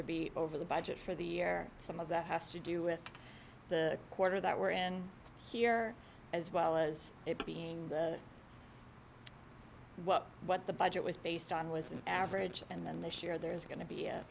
to be over the budget for the year some of that has to do with the quarter that we're in here as well as it being what what the budget was based on was an average and then this year there's going to be a